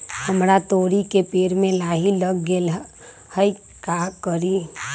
हमरा तोरी के पेड़ में लाही लग गेल है का करी?